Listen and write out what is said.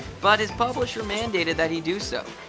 but his publisher mandated that he do so.